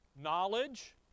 Knowledge